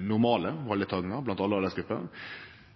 normale valdeltakinga blant alle aldersgrupper,